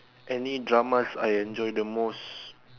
any dramas I enjoy the most